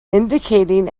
indicating